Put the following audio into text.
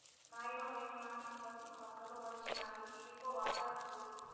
నాయనో నేను నాటిన పసుపు మొక్కలు మొలిచినాయి ఇయ్యిగో వాటాకులు